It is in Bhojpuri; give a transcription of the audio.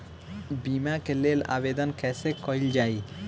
बीमा के लेल आवेदन कैसे कयील जाइ?